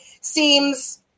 seems